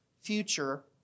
future